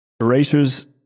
Erasers